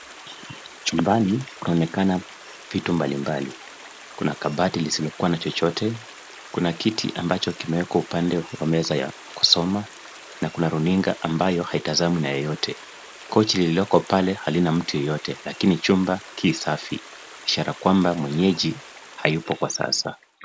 Chumbani kuonenaka vitu mbalimbali. Kuna kabati lisilokuwa na chochote, kuna kiti ambacho kimewekwa upande wa meza ya kusoma, na kuna runinga ambayo haitazamwi na yeyote. Kochi lililoko pale halina mtu yeyote, lakini chumba ki safi, ishara kwamba mwenyeji hayupo kwa sasa.